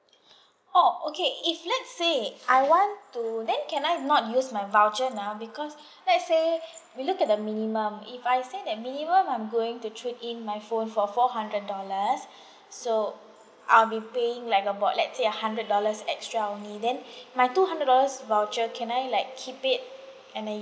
oh okay if let's say I want to then can I not use my voucher now because let's say we look at the minimum if I say that minimum I'm going to trade in my phone for four hundred dollars so I'll be paying like about let's say a hundred dollars extra only then my two hundred dollars voucher can I like keep it and then